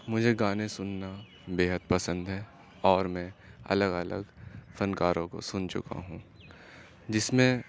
مجھے گانے سننا بےحد پسند ہیں اور میں الگ الگ فنکاروں کو سن چکا ہوں جس میں